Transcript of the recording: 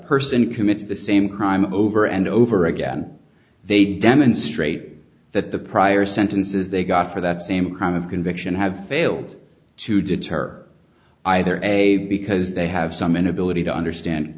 person commits the same crime over and over again they demonstrate that the prior sentences they got for that same crime of conviction have failed to deter either a because they have some inability to understand